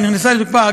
היא נכנסה לתוקפה,